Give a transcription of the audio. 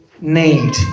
need